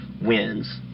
Wins